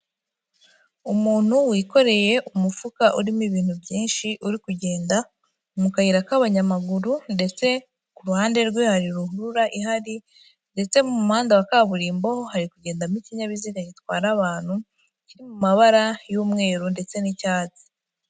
Umuntu wikoreye umufuka urimo ibintu byinshi uri kugenda mu kayira k'abanyamaguru ndetse ku ruhande rwe hari ruhurura ihari ndetse mu muhanda wa kaburimbo, hari kugendamo ikinyabiziga gitwara abantu kiri mu mabara y'umweru ndetse n'icyatsi.